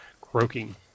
croaking